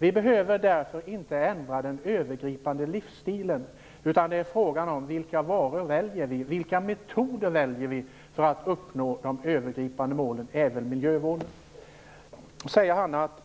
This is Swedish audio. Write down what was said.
Vi behöver därför inte ändra den övergripande livsstilen, utan det är fråga om vilka varor vi väljer och vilka metoder vi väljer för att uppnå de övergripande målen, även miljömålen. Hanna Zetterberg säger att